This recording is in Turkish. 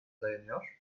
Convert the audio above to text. dayanıyor